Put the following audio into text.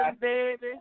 baby